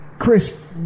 Chris